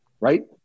right